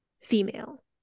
female